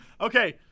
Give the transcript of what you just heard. Okay